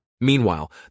Meanwhile